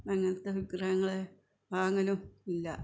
അങ്ങനെത്തെ വിഗ്രഹങ്ങളെ വാങ്ങലും ഇല്ല